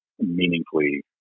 meaningfully